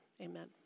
Amen